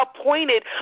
appointed